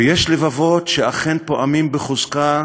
יש לבבות שאכן פועמים בחוזקה,